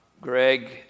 Greg